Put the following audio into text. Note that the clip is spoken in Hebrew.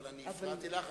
אבל הפרעתי לך,